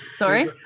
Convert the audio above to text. Sorry